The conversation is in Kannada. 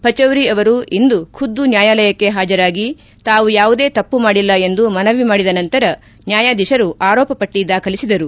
ಪಚೌರಿ ಅವರು ಇಂದು ಖುದ್ದು ನ್ಯಾಯಾಲಯಕ್ಕೆ ಹಾಜರಾಗಿ ತಾವು ಯಾವುದೇ ತಪ್ಪು ಮಾಡಿಲ್ಲ ಎಂದು ಮನವಿ ಮಾಡಿದ ನಂತರ ನ್ಯಾಯಾಧೀಶರು ಆರೋಪಪಟ್ಟ ದಾಖಲಿಸಿದರು